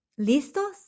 ¿Listos